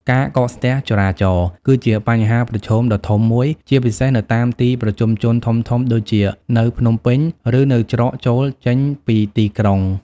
ការកកស្ទះចរាចរណ៍ គឺជាបញ្ហាប្រឈមដ៏ធំមួយ ជាពិសេសនៅតាមទីប្រជុំជនធំៗដូចជានៅ ភ្នំពេញ ឬនៅច្រកចូល ចេញពីទីក្រុង។